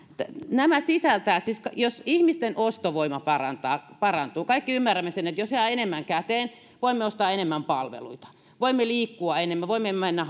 nämä sisältävät kaikki ymmärrämme sen että jos ihmisten ostovoima parantuu jos jää enemmän käteen voimme ostaa enemmän palveluita voimme liikkua enemmän voimme mennä